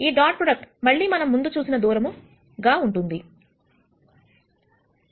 ఈ dot product మళ్లీ మనం ముందు చూసిన దూరముగా ఉంటుంది